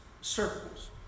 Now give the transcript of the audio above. circles